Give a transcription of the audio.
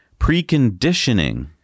preconditioning